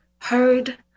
heard